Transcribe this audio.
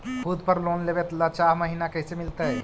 खूत पर लोन लेबे ल चाह महिना कैसे मिलतै?